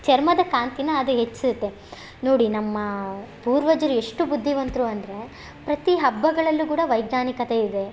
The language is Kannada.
ಚರ್ಮದ ಕಾಂತೀನ ಅದು ಹೆಚ್ಚಿಸುತ್ತೆ ನೋಡಿ ನಮ್ಮ ಪೂರ್ವಜರು ಎಷ್ಟು ಬುದ್ಧಿವಂತರು ಅಂದರೆ ಪ್ರತೀ ಹಬ್ಬಗಳಲ್ಲೂ ಕೂಡ ವೈಜ್ಞಾನಿಕತೆ ಇದೆ